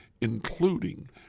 including